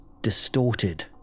distorted